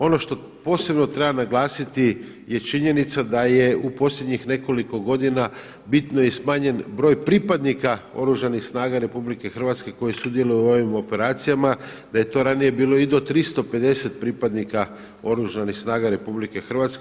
Ono što posebno treba naglasiti je činjenica da je u posljednjih nekoliko godina bitno je smanjen broj pripadnika Oružanih snaga RH koji sudjeluju u ovim operacijama, da je to ranije bilo i do 350 pripadnika Oružanih snaga RH.